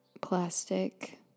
plastic